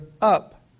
up